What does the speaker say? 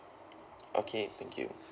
okay thank you